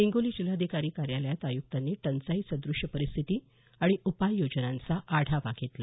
हिंगोली जिल्हाधिकारी कार्यालयात आयुक्तांनी टंचाईसदृश परिस्थिती आणि उपाययोजनांचा आढावा घेतला